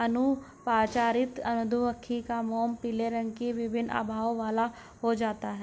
अनुपचारित मधुमक्खी का मोम पीले रंग की विभिन्न आभाओं वाला हो जाता है